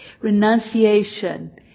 Renunciation